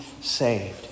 saved